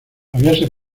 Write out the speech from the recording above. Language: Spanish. habíase